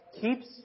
keeps